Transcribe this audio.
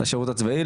לשירות הצבאי,